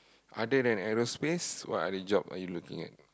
other than aerospace what other job are you looking at